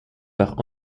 par